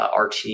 RT